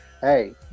Hey